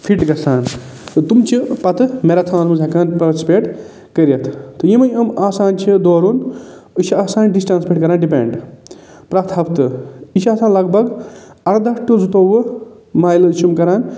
fit گژھان تم چھِ پتہٕ مٮ۪راتھانَن منٛز ہٮ۪کان پاٹِسِپیٹ کٔرِتھ تہٕ یِمہٕ یِم آسان چھِ دورُن أسۍ چھِ آسان ڈِسٹَنٕس پٮ۪ٹھ کران ڈِپٮ۪نٛڈ پرٮ۪تھ ہفتہٕ یہِ چھِ آسان لَگ بَگ ارداہ ٹُو زٕتووُہ مایلٕز چھِ یِم کران